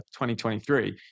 2023